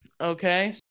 Okay